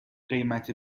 قیمت